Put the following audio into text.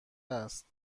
است